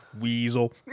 Weasel